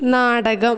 നാടകം